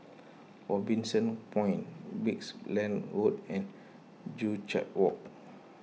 Robinson Point Brickland Road and Joo Chiat Walk